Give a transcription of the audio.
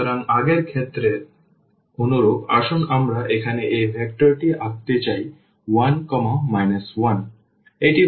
সুতরাং আগের ক্ষেত্রের অনুরূপ আসুন আমরা এখানে এই ভেক্টরটি আঁকতে চাই 1 1